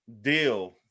deal